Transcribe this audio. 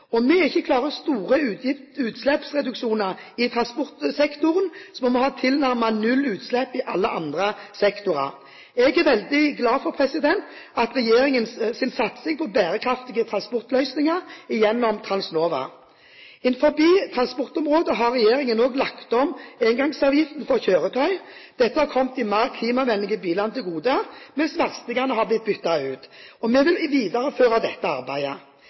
Om vi ikke klarer store utslippsreduksjoner i transportsektoren, må vi ha tilnærmet null utslipp i alle andre sektorer. Jeg er veldig glad for regjeringens satsing på bærekraftige transportløsninger gjennom Transnova. Innen transportområdet har regjeringen også lagt om engangsavgiften for kjøretøy. Dette har kommet de mer klimavennlige bilene til gode, mens verstingene har blitt byttet ut. Vi vil videreføre dette arbeidet.